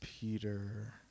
Peter